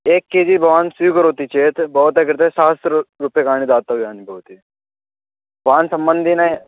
एकं K G भवान् स्वीकरोति चेत् भवतः कृते सहस्र रु रूप्यकाणि दातव्यानि भवति भवान् सम्बन्धिने